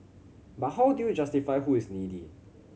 but how do you justify who is needy